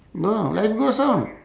no life goes on